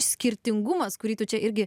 skirtingumas kurį tu čia irgi